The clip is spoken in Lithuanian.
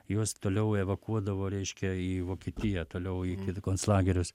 juos toliau evakuodavo reiškia į vokietiją toliau į konclagerius